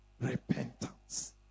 Repentance